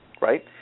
right